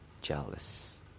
jealous